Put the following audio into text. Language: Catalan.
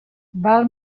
val